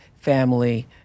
family